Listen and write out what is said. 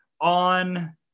on